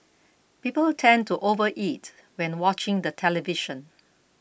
people tend to overeat when watching the television